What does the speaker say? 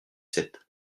sept